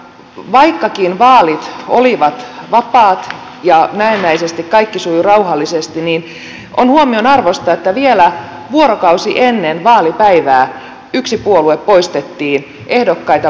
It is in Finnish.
vaikkakin vaalit olivat vapaat ja näennäisesti kaikki sujui rauhallisesti niin on huomionarvoista että vielä vuorokausi ennen vaalipäivää yksi puolue poistettiin ehdokkaita poistettiin listoilta